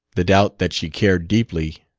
the doubt that she cared deeply,